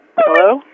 Hello